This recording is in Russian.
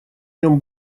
нем